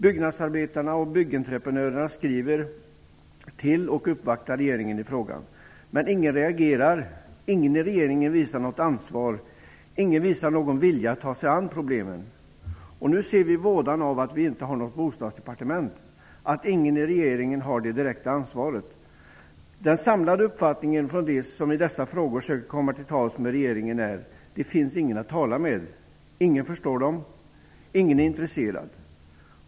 Byggnadsarbetarna och Byggentreprenörerna har skrivit till och uppvaktat regeringen i frågan, men ingen reagerar. Ingen i regeringen visar något ansvar. Ingen visar någon vilja att ta sig an problemen. Nu ser vi vådan av att vi inte har något bostadsdepartement, att ingen i regeringen har det direkta ansvaret. Den samlade uppfattningen från dem som i dessa frågor söker komma till tals med regeringen är: Det finns ingen att tala med. Ingen förstår dem. Ingen är intresserad.